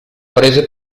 prese